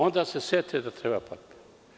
Onda se sete da treba papir.